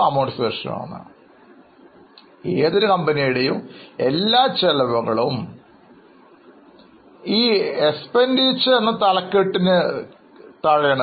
അതിനാൽ ഏതൊരു കമ്പനിയുടെയും എല്ലാ ചെലവുകളും 6 തലക്കെട്ടുകൾക്ക് കീഴിലാണ്